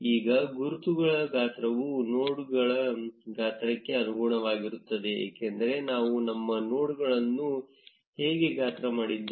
ಈಗ ಗುರುತುಗಳ ಗಾತ್ರವು ನೋಡ್ಗಳ ಗಾತ್ರಕ್ಕೆ ಅನುಗುಣವಾಗಿರುತ್ತದೆ ಏಕೆಂದರೆ ನಾವು ನಮ್ಮ ನೋಡ್ಗಳನ್ನು ಹೇಗೆ ಗಾತ್ರ ಮಾಡಿದ್ದೇವೆ